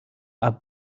are